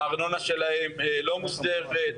הארנונה שלהם לא מוסדרת.